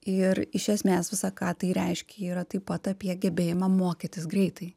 ir iš esmės visa ką tai reiškia yra taip pat apie gebėjimą mokytis greitai